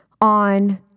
on